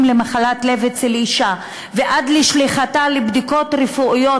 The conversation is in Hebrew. למחלת לב אצל אישה ועד לשליחתה לבדיקות רפואיות,